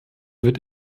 wird